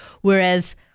Whereas